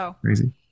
Crazy